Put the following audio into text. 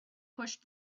pushed